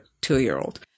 two-year-old